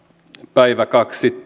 päivä kaksi